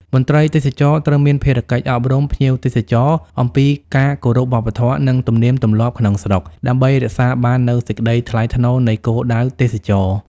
មន្ត្រីទេសចរណ៍ត្រូវមានភារកិច្ចអប់រំភ្ញៀវទេសចរអំពីការគោរពវប្បធម៌ និងទំនៀមទម្លាប់ក្នុងស្រុក ដើម្បីរក្សាបាននូវសេចក្តីថ្លៃថ្នូរនៃគោលដៅទេសចរណ៍។